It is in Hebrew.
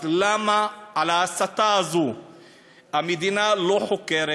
אז למה על ההסתה הזאת המדינה לא חוקרת,